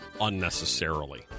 unnecessarily